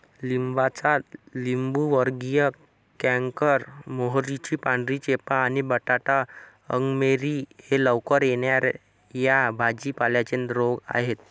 लिंबाचा लिंबूवर्गीय कॅन्कर, मोहरीची पांढरी चेपा आणि बटाटा अंगमेरी हे लवकर येणा या भाजी पाल्यांचे रोग आहेत